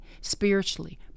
Spiritually